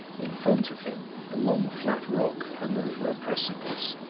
in front of him, a long, flat rock hung over a precipice,